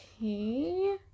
Okay